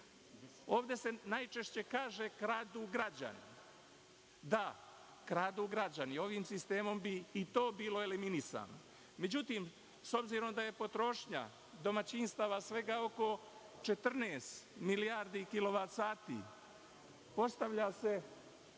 se najčešće kaže kradu građani. Da, kradu građani. Ovim sistemom bi i to bilo eliminisano. Međutim, s obzirom da je potrošnja domaćinstava svega oko 14 milijardi kilovat sati, postavlja se